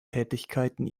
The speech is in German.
tätigkeiten